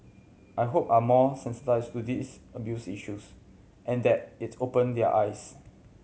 I hope are more sensitised to these abuse issues and that it's opened their eyes